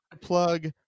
plug